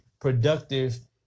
productive